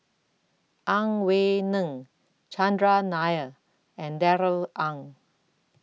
Ang Wei Neng Chandran Nair and Darrell Ang